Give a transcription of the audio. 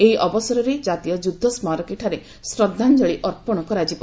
ଏହି ଅବସରରେ ଜାତୀୟ ଯୁଦ୍ଧ ସ୍କାରକୀଠାରେ ଶ୍ରଦ୍ଧାଞ୍ଜଳୀ ଅର୍ପଣ କରାଯିବ